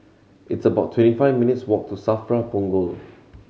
it's about twenty five minutes' walk to SAFRA Punggol